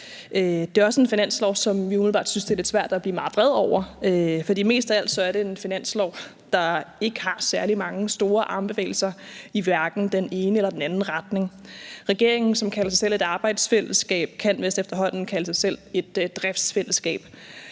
Det er også et finanslovsforslag, som vi umiddelbart synes det er lidt svært at blive meget vrede over, for mest af alt er det et finanslovsforslag, der ikke har særlig mange store armbevægelser i hverken den ene eller den anden retning. Regeringen, som kalder sig selv et arbejdsfællesskab, kan vist efterhånden kalde sig selv et driftsselskab,